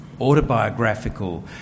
autobiographical